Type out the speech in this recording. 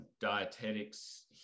dietetics